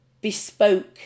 bespoke